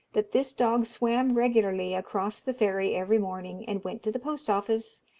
that this dog swam regularly across the ferry every morning, and went to the post-office,